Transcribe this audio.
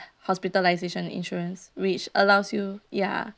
hospitalisation insurance which allows you ya